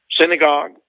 synagogue